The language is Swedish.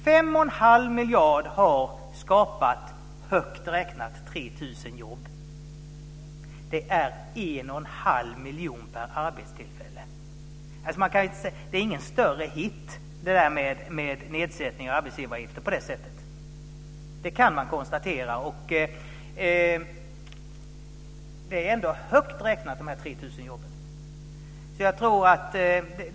51⁄2 miljarder har skapat högt räknat 3 000 jobb. Det innebär en kostnad på 11⁄2 miljoner per arbetstillfälle. Nedsättningen av arbetsgivaravgiften är alltså ingen större hit, det kan man konstatera.